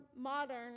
modern